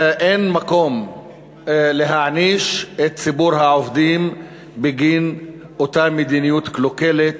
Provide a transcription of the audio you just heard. אין מקום להעניש את ציבור העובדים בגין אותה מדיניות קלוקלת